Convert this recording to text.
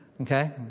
okay